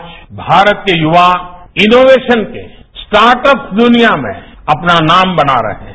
आज भारत के युवा इनोवेशन के स्टार्टअप दुनिया में अपना नाम बना रहे हैं